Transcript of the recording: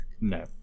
No